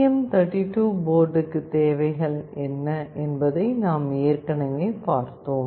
M 32 போர்டுக்கு தேவைகள் என்ன என்பதை நாம் ஏற்கனவே பார்த்தோம்